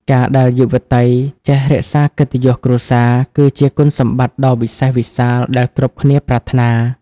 ការដែលយុវតីចេះ "រក្សាកិត្តិយសគ្រួសារ" គឺជាគុណសម្បត្តិដ៏វិសេសវិសាលដែលគ្រប់គ្នាប្រាថ្នា។